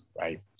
Right